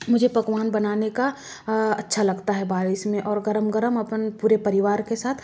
मुझे पकवान बनाने का अच्छा लगता है बारिश में और गरम गरम अपन पूरे परिवार के साथ